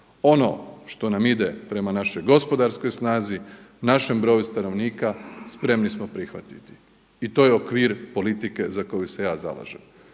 Ono što nam ide prema našoj gospodarskoj snazi, našem broju stanovnika spremni smo prihvatiti i to je okvir politike za koju se ja zalažem.